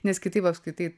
nes kitaip apskritai